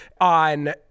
on